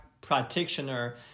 practitioner